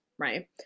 right